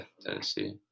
Tennessee